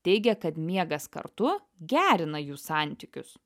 teigia kad miegas kartu gerina jų santykius